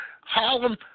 Harlem